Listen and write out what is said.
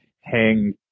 hang